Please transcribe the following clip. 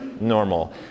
normal